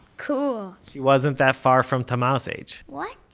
cool she wasn't that far from tamar's age what!